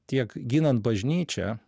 tiek ginant bažnyčią